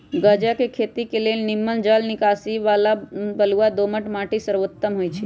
गञजा के खेती के लेल निम्मन जल निकासी बला बलुआ दोमट माटि सर्वोत्तम होइ छइ